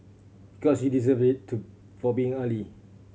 because you deserve it to for being early